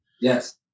Yes